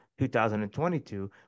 2022